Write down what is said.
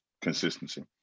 consistency